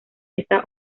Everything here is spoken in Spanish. está